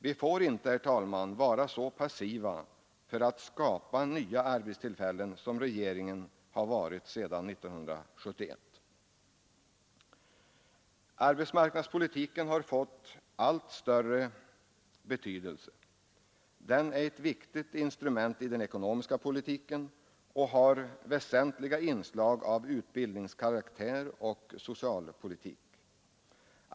Vi får inte, herr talman, vara så passiva när det gäller att skapa nya arbetstillfällen som regeringen har varit sedan 1971. Arbetsmarknadspolitiken har fått allt större betydelse. Den är ett viktigt instrument i den ekonomiska politiken och har väsentliga inslag av utbildningskaraktär och av socialpolitik.